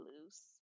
loose